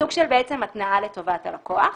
סוג של --- לטובת הלקוח.